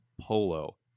Polo